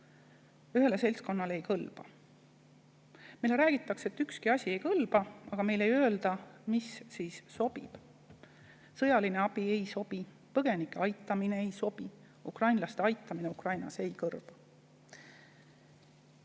ühele seltskonnale ei kõlba. Meile räägitakse, et ükski asi ei kõlba, aga meile ei öelda, mis siis sobib. Sõjaline abi ei sobi, põgenike aitamine ei sobi, ukrainlaste aitamine Ukrainas ei kõlba.